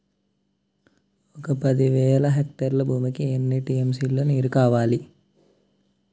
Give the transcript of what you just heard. ఒక పది వేల హెక్టార్ల భూమికి ఎన్ని టీ.ఎం.సీ లో నీరు కావాలి?